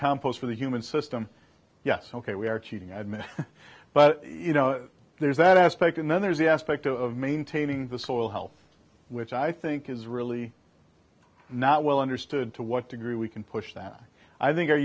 compost for the human system yes ok we are cheating i admit but you know there's that aspect and then there's the aspect of maintaining the soil health which i think is really not well understood to what degree we can push that i think